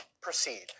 proceed